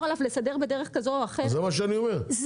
עליו לסדר בדרך כזו או אחרת --- זה מה שאני אומר,